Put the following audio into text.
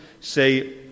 say